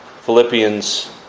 Philippians